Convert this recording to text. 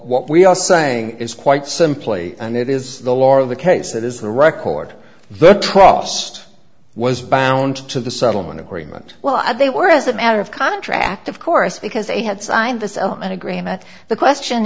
what we are saying is quite simply and it is the law of the case that is the record the trust was bound to the settlement agreement well they were as a matter of contract of course because they had signed the agreement the question